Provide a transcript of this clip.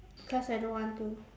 cause I don't want to